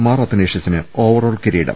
മാർ അത്തനേഷ്യസിന് ഓവറോൾ കിരീടം